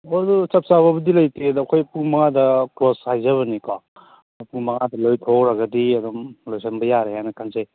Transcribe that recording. ꯍꯣꯏ ꯑꯗꯣ ꯆꯞ ꯆꯥꯕꯕꯨꯗꯤ ꯂꯩꯇꯦ ꯑꯗꯣ ꯑꯩꯈꯣꯏ ꯄꯨꯡ ꯃꯉꯥꯗ ꯀ꯭ꯂꯣꯁ ꯍꯥꯏꯖꯕꯅꯤꯀꯣ ꯄꯨꯡ ꯃꯉꯥꯗ ꯂꯣꯏ ꯊꯣꯛꯍꯧꯔꯒꯗꯤ ꯑꯗꯨꯝ ꯂꯣꯏꯁꯟꯕ ꯌꯥꯔꯦ ꯍꯥꯏꯅ ꯈꯟꯖꯩ